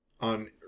on